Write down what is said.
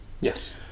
Yes